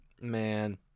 man